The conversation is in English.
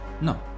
No